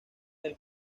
del